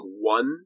one